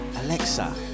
Alexa